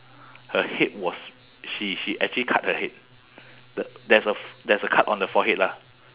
her head was she she actually cut her head the there's a f~ there's a cut on the forehead lah